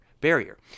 barrier